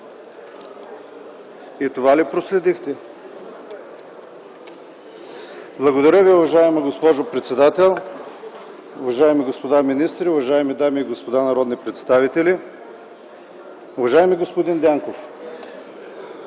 РУМЕН ТАКОРОВ (КБ): Благодаря Ви, уважаема госпожо председател. Уважаеми господа министри, уважаеми дами и господа народни представители! Уважаеми господин Дянков,